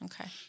Okay